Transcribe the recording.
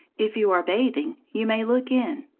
if you are bathing you may look in.